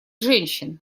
женщин